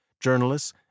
journalists